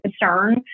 concern